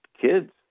kids